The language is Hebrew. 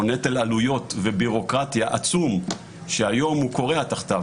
את נטל העלויות וביורוקרטיה עצום שהיום הוא כורע תחתיו.